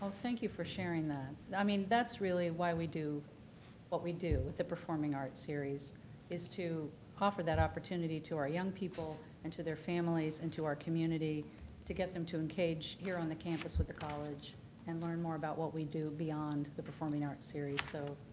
thank you for sharing that. i mean, that's really why we do what we do with the performing arts series is to offer that opportunity to our young people and to their families and to our community to get them to engage here on the campus with the college and learn more about what we do beyond the performing arts series. so,